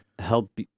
Help